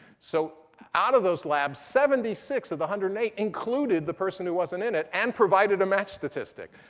so out of those labs, seventy six of the one hundred and eight included the person who wasn't in it and provided a match statistic.